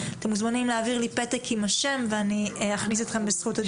אתם מוזמנים להעביר לי פתק עם השם ואני אכניס אתכם לזכות הדיבור.